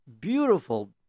beautiful